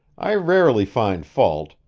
i rarely find fault,